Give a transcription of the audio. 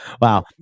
wow